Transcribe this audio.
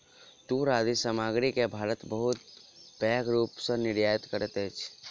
तूर आदि सामग्री के भारत बहुत पैघ रूप सॅ निर्यात करैत अछि